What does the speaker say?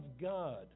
God